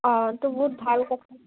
অঁ তো বহুত ভাল কথা